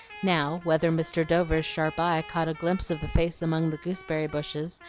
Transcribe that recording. now, whether mr. dover's sharp eye caught a glimpse of the face among the gooseberry bushes,